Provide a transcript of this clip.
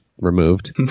removed